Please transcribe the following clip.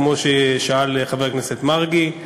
כמו ששאל חבר הכנסת מרגי.